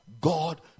God